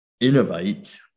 innovate